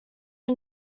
him